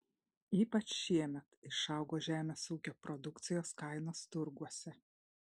ypač šiemet išaugo žemės ūkio produkcijos kainos turguose